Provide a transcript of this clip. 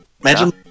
imagine